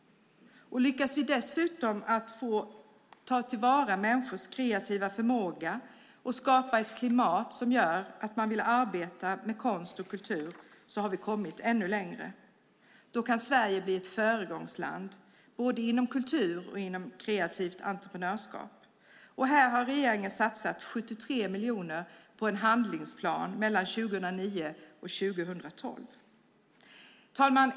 Lyckas vi dessutom ta till vara människors kreativa förmåga och skapa ett klimat som gör att man vill arbeta med konst och kultur har vi kommit ännu längre. Då kan Sverige bli ett föregångsland inom både kultur och kreativt entreprenörskap. Här har regeringen satsat 73 miljoner kronor på en handlingsplan mellan 2009 och 2012. Fru talman!